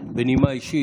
בנימה אישית,